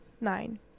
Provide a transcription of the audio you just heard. nine